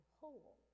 whole